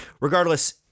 Regardless